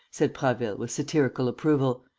said prasville, with satirical approval.